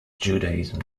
judaism